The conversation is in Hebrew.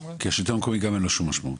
כי השלטון המקומי גם אין לו שום משמעות.